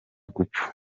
gupfa